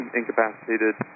incapacitated